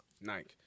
Nike